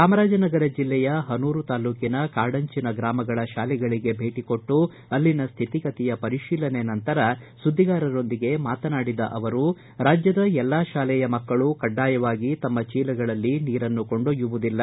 ಚಾಮರಾಜನಗರ ಜಿಲ್ಲೆಯ ಹನೂರು ತಾಲ್ಲೂಕಿನ ಕಾಡಂಚನ ಗ್ರಾಮಗಳ ಶಾಲೆಗಳಗೆ ಭೇಟಕೊಟ್ನು ಅಲ್ಲಿನ ಸ್ಯಿತಿಗತಿ ಪರಿಶೀಲನೆ ನಂತರ ಸುದ್ಗಿಗಾರರೊಂದಿಗೆ ಮಾತನಾಡಿದ ಅವರು ರಾಜ್ಯದ ಎಲ್ಲಾ ತಾಲೆಯ ಮಕ್ಕಳು ಕಡ್ನಾಯವಾಗಿ ತಮ್ಮ ಚೀಲಗಳಲ್ಲಿ ನೀರನ್ನು ಕೊಂಡೊಯ್ಯುವುದಿಲ್ಲ